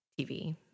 TV